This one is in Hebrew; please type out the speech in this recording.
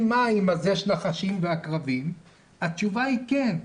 מים יש נחשים ועקרבים' התשובה היא כן,